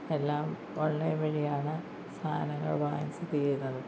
എല്ലാം ഓൺലൈൻ വഴിയാണ് സാദനങ്ങൾ വാങ്ങിച്ച് ഇത് ചെയ്യുന്നത്